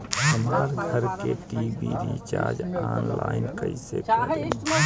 हमार घर के टी.वी रीचार्ज ऑनलाइन कैसे करेम?